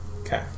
Okay